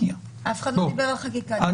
אף אחד לא דיבר על חקיקה.